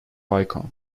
icon